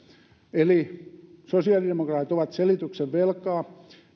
eli sosiaalidemokraatit ovat selityksen velkaa